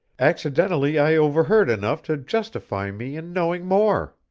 accidentally i overheard enough to justify me in knowing more.